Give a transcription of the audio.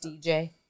DJ